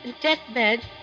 deathbed